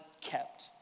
kept